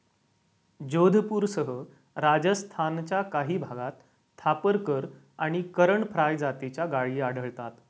जोधपूरसह राजस्थानच्या काही भागात थापरकर आणि करण फ्राय जातीच्या गायी आढळतात